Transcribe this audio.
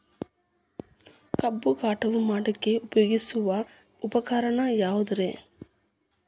ಕಬ್ಬು ಕಟಾವು ಮಾಡಾಕ ಉಪಯೋಗಿಸುವ ಉಪಕರಣ ಯಾವುದರೇ?